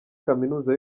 kaminuza